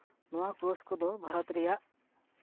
ᱱᱚᱣᱟ ᱠᱳᱨᱥ ᱠᱚᱫᱚ ᱵᱷᱟᱨᱚᱛ ᱨᱮᱭᱟᱜ